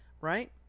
Right